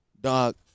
Dog